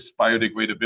biodegradability